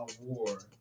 War